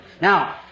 Now